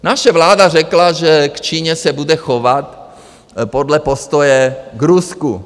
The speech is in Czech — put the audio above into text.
Naše vláda řekla, že k Číně se bude chovat podle postoje k Rusku.